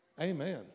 Amen